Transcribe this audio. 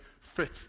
fit